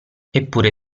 eppure